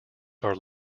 are